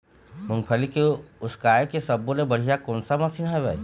मूंगफली के उसकाय के सब्बो ले बढ़िया कोन सा मशीन हेवय?